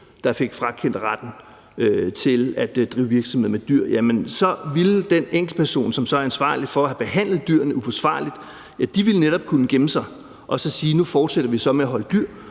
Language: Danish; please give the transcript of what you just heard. der fik frakendt retten til at drive virksomhed med dyr, så ville den enkeltperson, som så er ansvarlig for at have behandlet dyrene uforsvarligt, netop kunne gemme sig og fortsætte med at holde dyr,